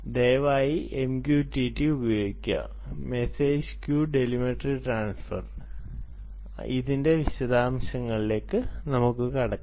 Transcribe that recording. ദയവായി MQTT ഉപയോഗിക്കുക message queue telemetry transfer ഇതിന്റെ വിശദാംശങ്ങളിലേക്ക് കടക്കാം